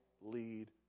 lead